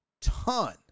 Ton